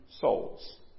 souls